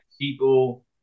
people